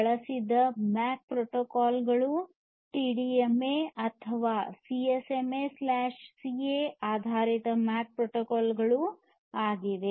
ಬಳಸಿದ MAC protocol ಗಳು TDMA ಅಥವಾ C S M A C A CSMA CA ಆಧಾರಿತ ಎಂಎಸಿ ಪ್ರೊಟೊಕಾಲ್ ಆಗಿದೆ